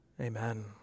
Amen